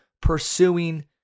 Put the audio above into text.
pursuing